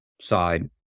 side